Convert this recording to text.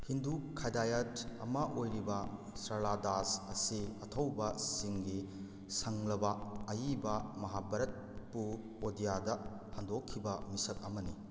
ꯍꯤꯟꯗꯨ ꯈꯟꯗꯌꯥꯠ ꯑꯃ ꯑꯣꯏꯔꯤꯕ ꯁꯔꯂꯥ ꯗꯥꯁ ꯑꯁꯤ ꯑꯊꯧꯕꯁꯤꯡꯒꯤ ꯁꯪꯂꯕ ꯑꯏꯕ ꯃꯍꯥꯚꯥꯔꯠꯄꯨ ꯑꯣꯗꯤꯌꯥꯗ ꯍꯟꯗꯣꯛꯈꯤꯕ ꯃꯤꯁꯛ ꯑꯃꯅꯤ